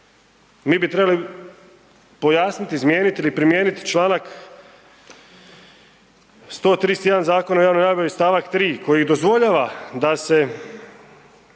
mi bi trebali pojasniti, izmijeniti ili primijeniti čl. 131. zakona jedan od najboljih st. 3. koji dozvoljava da se